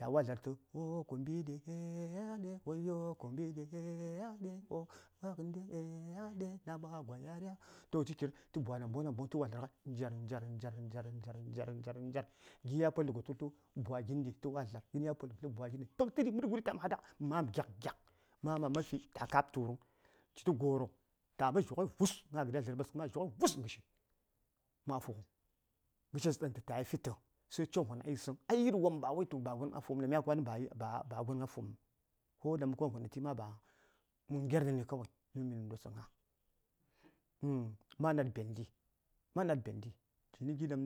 ﻿Ca wa dlar tu toh ci kir ci bwa namboŋ namboŋ ci wa dlar ghai njer njer njer njer njer njer gi: ya poltə gos toh səŋ bwaginɗi gi: ya poltə səŋ bwa gin tə man wa dlar məra guɗi taman haɗa ma:m gyak gyak ma:m a man fi tə ka:b turəŋ citə guru taman dzhokghəi vus gna gəd ya dlər ɓaskə ma dzhakghəi vus nə gəshi ma fughən ghəshes ɗan tətaya fitə sai coŋvon a yisəŋ a yir wopm bawai tu ba gon a fumi niŋ mya kwanən ba a fuməŋ ko vonen ɗaŋ mə kon vonen tən ma ba mə ngerni kawai dun mini dotsə gna uhn ma nad bendi ma nad bendi jini gi daŋ